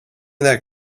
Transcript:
that